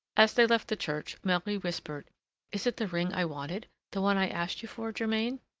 as they left the church, marie whispered is it the ring i wanted? the one i asked you for, germain?